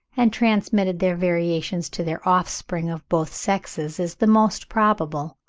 and transmitted their variations to their offspring of both sexes, is the most probable.